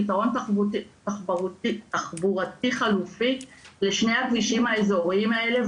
פתרון תחבורתי חלופי לשני הכבישים האזוריים האלה.